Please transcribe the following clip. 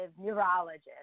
neurologist